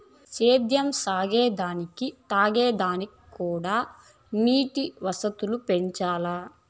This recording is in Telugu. సేద్యం సాగే దానికి తాగే దానిక్కూడా నీటి వసతులు పెంచాల్ల